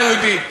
אנחנו יודעים,